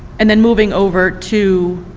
and then moving over to